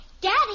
Daddy